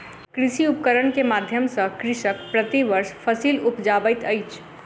कृषि उपकरण के माध्यम सॅ कृषक प्रति वर्ष फसिल उपजाबैत अछि